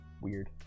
weird